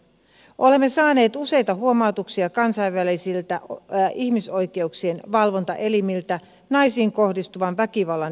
olemme saaneet useita huomautuksia kansainvälisiltä ihmisoikeuksien valvontaelimiltä naisiin kohdistuvan väkivallan yleisyydestä